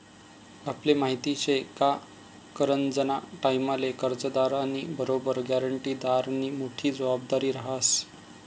आपले माहिती शे का करजंना टाईमले कर्जदारनी बरोबर ग्यारंटीदारनी मोठी जबाबदारी रहास